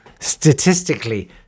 statistically